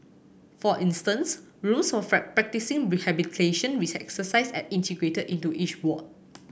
for instance rooms for practising rehabilitation exercises are integrated into each ward